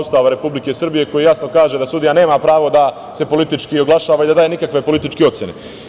Ustava Republike Srbije, koji jasno kaže da sudija nema pravo da se politički oglašava i da daje nikakve političke ocene.